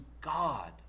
God